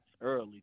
early